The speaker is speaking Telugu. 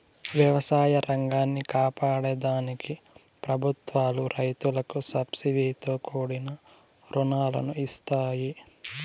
వ్యవసాయ రంగాన్ని కాపాడే దానికి ప్రభుత్వాలు రైతులకు సబ్సీడితో కూడిన రుణాలను ఇస్తాయి